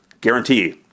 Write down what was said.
guarantee